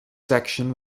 section